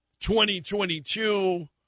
2022